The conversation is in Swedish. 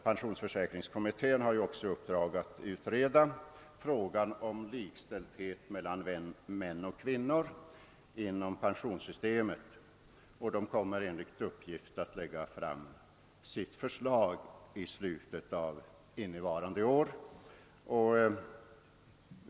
Pensionsförsäkringskommittén har också i uppdrag att utreda frågan om likställdhet mellan män och kvinnor inom pensionssystemet, och den kommer enligt uppgift att lägga fram sitt förslag i slutet av innevarande år.